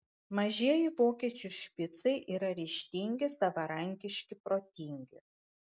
mažieji vokiečių špicai yra ryžtingi savarankiški protingi